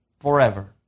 forever